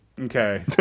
Okay